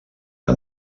que